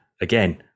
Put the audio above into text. again